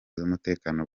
z’umutekano